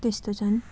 त्यस्तो छन्